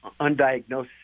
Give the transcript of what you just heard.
undiagnosed